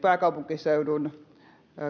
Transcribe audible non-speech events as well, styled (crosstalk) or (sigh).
(unintelligible) pääkaupunkiseudun